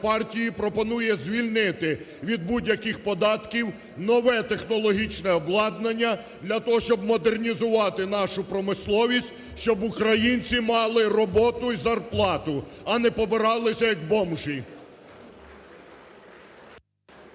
партії пропонує звільнити від будь-яких податків нове технологічне обладнання для того, щоб модернізувати нашу промисловість, щоб українці мали роботу і зарплату, а не побиралися як бомжі.